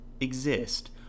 exist